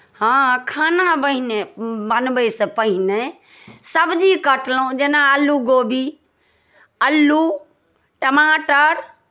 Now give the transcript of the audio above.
हँ खाना पहिने बनबैसँ पहिने सब्जी कटलहुँ जेना अल्लू गोभी अल्लू टमाटर